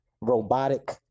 robotic